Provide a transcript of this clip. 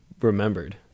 remembered